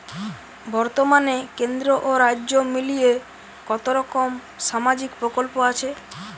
বতর্মানে কেন্দ্র ও রাজ্য মিলিয়ে কতরকম সামাজিক প্রকল্প আছে?